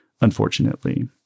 unfortunately